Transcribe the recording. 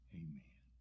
amen